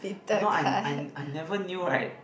you know I I I never knew right